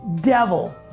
devil